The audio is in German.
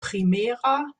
primera